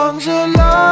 Angela